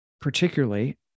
particularly